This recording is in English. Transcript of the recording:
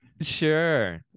sure